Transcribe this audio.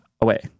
away